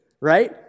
right